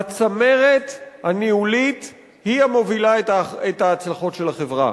הצמרת הניהולית היא המובילה את ההצלחות של החברה.